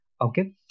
Okay